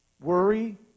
worry